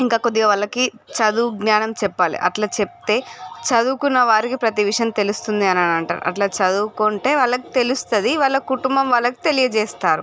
ఇంకా కొద్దిగా వాళ్ళకి చదువు జ్ఞానం చెప్పాలే చెప్తే చదువుకున్న వారికి ప్రతి విషయం తెలుస్తుంది అనని అంటారు అట్లా చదువుకుంటే వాళ్ళక్కి తెలుస్తుంది వాళ్ళ కుటుంబం వాళ్ళకి తెలియజేస్తారు